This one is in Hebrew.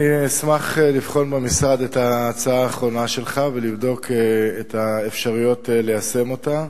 אשמח לבחון במשרד את ההצעה האחרונה שלך ולבדוק את האפשרויות ליישם אותה.